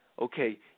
Okay